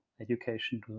education